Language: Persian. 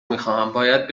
میخواهم، باید